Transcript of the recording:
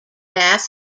bath